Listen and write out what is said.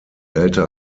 älter